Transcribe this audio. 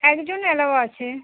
একজন অ্যালাউ আছে